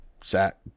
sat